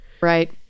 right